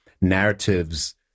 narratives